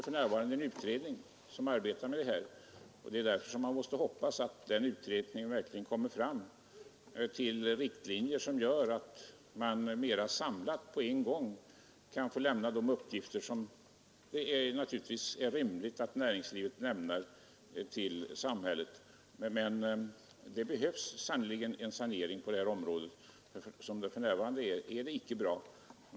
För närvarande arbetar en utredning med den här frågan, och man får hoppas att den verkligen kommer fram till riktlinjer som gör att man på en gång, mera samlat, kan få lämna de uppgifter som det är rimligt att näringslivet ger till samhället. Det behövs sannerligen en sanering på det här området. Som det är nu är det icke bra.